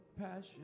passion